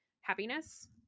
happiness